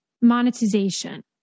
monetization